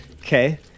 Okay